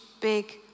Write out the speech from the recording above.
big